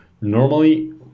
normally